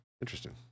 Interesting